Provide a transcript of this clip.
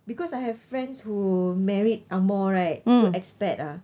because I have friends who married ang moh right so expat ah